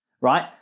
Right